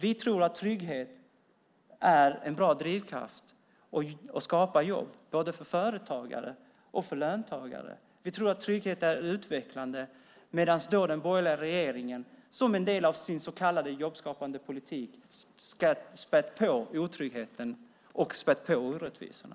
Vi tror att trygghet är en bra drivkraft och skapar jobb för både företagare och löntagare. Vi tror att trygghet är utvecklande medan den borgerliga regeringen, som en del av sin så kallade jobbskapande politik, spätt på otryggheten och orättvisorna.